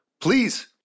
Please